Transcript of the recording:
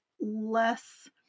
less